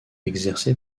exercé